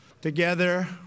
Together